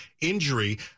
injury